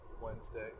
Wednesday